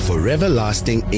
Foreverlasting